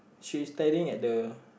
she's standing at the